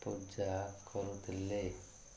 ପୂଜା କରୁଥିଲେ